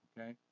Okay